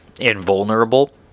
invulnerable